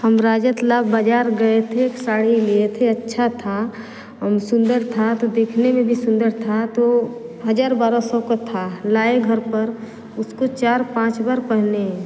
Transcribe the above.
हम रजत लाल बाज़ार गए थे साड़ी लिए थे अच्छा था हम सुंदर था तो साथ देखने में भी सुंदर था तो हज़ार बारह सौ का था लाए घर पर उसको चार पाँच बार पहने